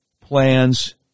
plans